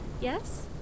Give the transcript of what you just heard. Yes